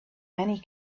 many